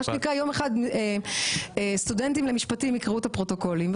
מה שנקרא יום אחד סטודנטים למשפטים יקראו את הפרוטוקולים,